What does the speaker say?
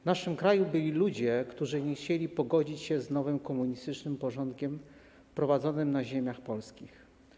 W naszym kraju byli ludzie, którzy nie chcieli pogodzić się z nowym, komunistycznym porządkiem wprowadzanym na ziemiach polskich.